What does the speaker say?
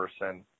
person